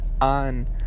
on